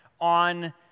on